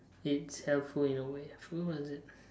it's helpful he is a way I forgot what is it